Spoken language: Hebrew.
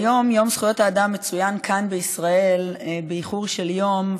יום זכויות האדם מצוין כאן בישראל באיחור של יום,